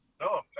No